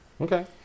Okay